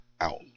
out